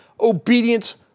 obedience